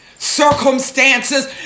circumstances